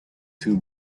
two